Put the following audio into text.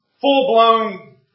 full-blown